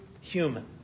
human